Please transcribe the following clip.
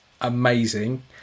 Amazing